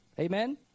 Amen